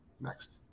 next